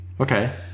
okay